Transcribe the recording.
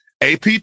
AP